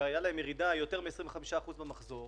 שהייתה להם ירידה יותר מ-25% במחזור.